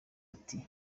ati